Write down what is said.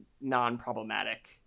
non-problematic